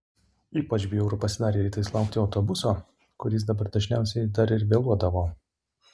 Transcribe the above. ypač bjauru pasidarė rytais laukti autobuso kuris dabar dažniausiai dar ir vėluodavo